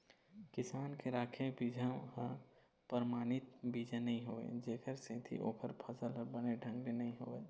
किसान के राखे बिजहा ह परमानित बीजा नइ होवय जेखर सेती ओखर फसल ह बने ढंग ले नइ होवय